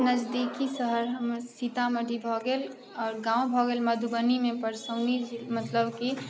नजदीकी शहर हमर सीतामढ़ी भऽ गेल आओर गाँव भऽ गेल मधुबनीमे परसौनी मतलब की